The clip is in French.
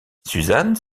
suzanne